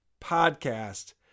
podcast